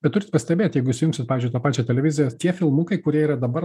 bet turit pastebėt jeigu įsijungsit pavyzdžiui tą pačią televiziją tie filmukai kurie yra dabar